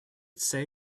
say